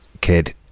kid